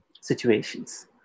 situations